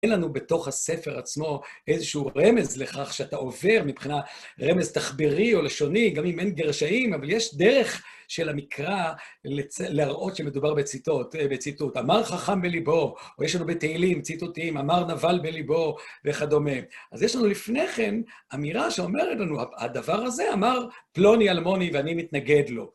אין לנו בתוך הספר עצמו איזשהו רמז לכך שאתה עובר מבחינה... רמז תחברי או לשוני, גם אם אין גרשאים, אבל יש דרך של המקרא להראות שמדובר בציטוט, "אמר חכם בליבו", או יש לנו בתהילים ציטוטים, "אמר נבל בליבו" וכדומה. אז יש לנו לפני כן אמירה שאומרת לנו - הדבר הזה אמר פלוני אלמוני, ואני מתנגד לו.